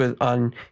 on